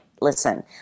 listen